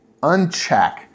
uncheck